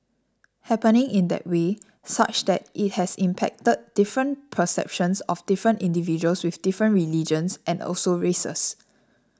happening in that way such that it has impacted different perceptions of different individuals with different religions and also races